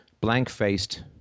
blank-faced